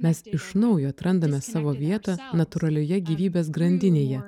mes iš naujo atrandame savo vietą natūralioje gyvybės grandinėje